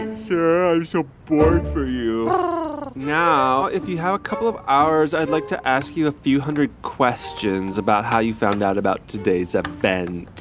and sir. i'm so bored for you now, if you have a couple of hours, i'd like to ask you a few hundred questions about how you found out about today's event.